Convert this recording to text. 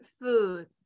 food